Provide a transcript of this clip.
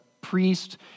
priest